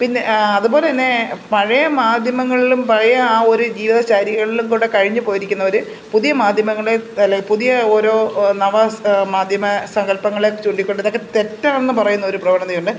പിന്നെ അതുപോലെ തന്നെ പഴയ മാധ്യമങ്ങളിലും പഴയ ആ ഒരു ജീവിത ശൈലികളിലും കൂടെ കഴിഞ്ഞ് പോയിരിക്കുന്നവർ പുതിയ മാധ്യമങ്ങളെ അല്ലെങ്കിൽ പുതിയ ഓരോ നവ മാധ്യമ സങ്കല്പങ്ങളെ ചൂണ്ടിക്കൊണ്ട് ഇതൊക്കെ തെറ്റാണെന്ന് പറയുന്ന ഒരു പ്രവണതയുണ്ട്